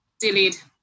delete